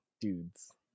dudes